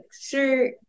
sure